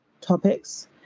topics